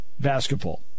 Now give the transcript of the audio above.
basketball